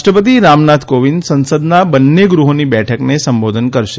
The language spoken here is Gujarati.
રાષ્ટ્રપતિ રામનાથ કોવિંદ સંસદના બંને ગૃહોની બેઠકને સંબોધન કરશે